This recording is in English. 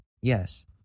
yes